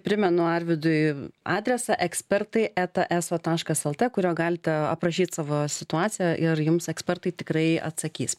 primenu arvydui adresą ekspertai eta eso taškas lt kuriuo galite aprašyt savo situaciją ir jums ekspertai tikrai atsakys